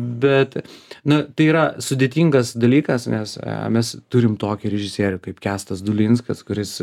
bet nu tai yra sudėtingas dalykas nes mes turim tokį režisierių kaip kęstas dulinskas kuris